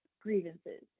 grievances